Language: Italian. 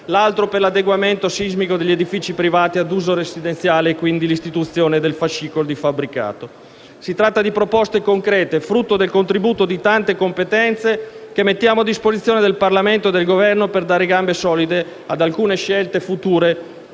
l'altro per l'adeguamento sismico degli edifici privati ad uso residenziale e, quindi, l'istituzione del fascicolo di fabbricato. Si tratta di proposte concrete, frutto del contributo di tante competenze che mettiamo a disposizione del Parlamento e del Governo per dare gambe solide ad alcune delle scelte future